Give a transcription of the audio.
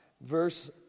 verse